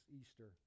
Easter